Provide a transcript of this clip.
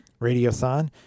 radiothon